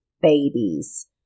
babies